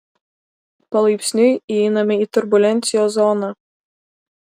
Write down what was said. palaipsniui įeiname į turbulencijos zoną